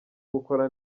gukora